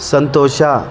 ಸಂತೋಷ